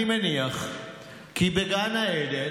אני מניח כי בגן העדן,